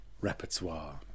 repertoire